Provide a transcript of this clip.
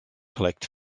collect